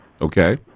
Okay